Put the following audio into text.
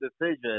decision